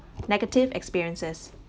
negative experiences